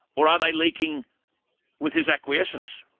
or are they leaking with his acquiescence?